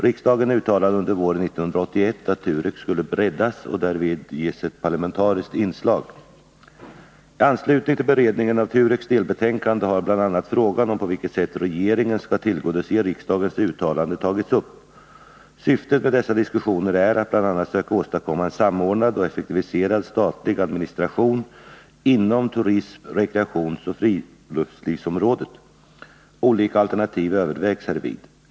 Riksdagen uttalade under våren 1981 att TUREK skulle breddas och därvid ges ett parlamentariskt inslag. I anslutning till beredningen av TUREK:s delbetänkande har bl.a. frågan om på vilket sätt regeringen skall tillgodose riksdagens uttalande tagits upp. Syftet med dessa diskussioner är att bl.a. söka åstadkomma en samordnad och effektiviserad statlig administration inom turism-, rekreationsoch friluftslivsområdet. Olika alternativ övervägs härvid.